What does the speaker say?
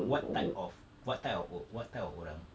what type of what type of or~ what type of orang